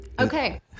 Okay